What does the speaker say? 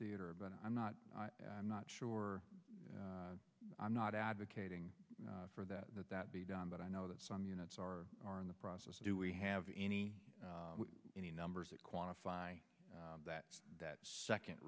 theatre but i'm not i'm not sure i'm not advocating for that that that be done but i know that some units are are in the process do we have any any numbers that quantify that that second